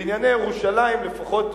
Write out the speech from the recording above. בענייני ירושלים לפחות,